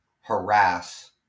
harass